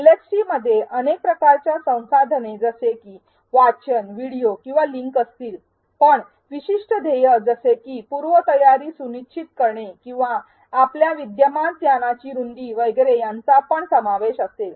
एलएक्सटीमध्ये अनेक प्रकारच्या संसाधने जसे की वाचन व्हिडिओ किंवा लिंक असतील पण विशिष्ट ध्येय जसे की पूर्वतयारी सुनिश्चित करणे किंवा आपल्या विद्यमान ज्ञानाची रुंदी वगैरे यांचा पण समावेश असेल